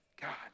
God